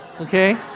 Okay